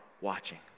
watching